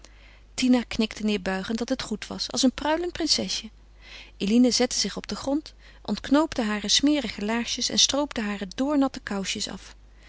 tina knikte neerbuigend dat het goed was als een pruilend prinsesje eline zette zich op den grond ontknoopte hare smerige laarsjes en stroopte hare doornatte kousjes af